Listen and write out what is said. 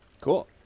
Cool